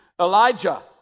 Elijah